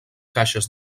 caixes